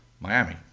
Miami